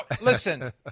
listen